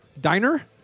Diner